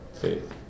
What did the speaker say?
faith